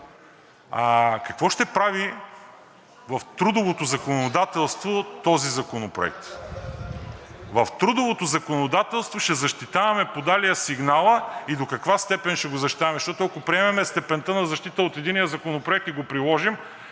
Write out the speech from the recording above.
но какво ще прави в трудовото законодателство този законопроект? В трудовото законодателство ще защитаваме подалия сигнала. И до каква степен ще го защитаваме? Защото, ако приемем степента на защита от единия законопроект и го приложим